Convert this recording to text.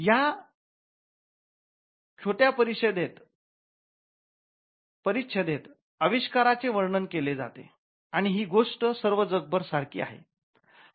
या छोट्या परिच्छदेत आविष्काराचे वर्णन केले जाते आणि ही गोष्ट सर्व जगभर सारखी आहे